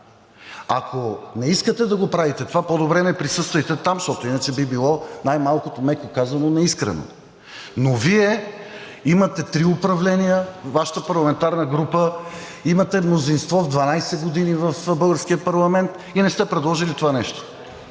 Ако не искате да правите това, по-добре не присъствайте там, защото иначе би било, най-малкото, меко казано, неискрено. Вие имате три управления, Вашата парламентарна група имате мнозинство 12 години в българския парламент и не сте предложили това нещо.